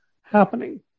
happening